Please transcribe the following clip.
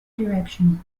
direction